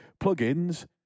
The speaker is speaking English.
plugins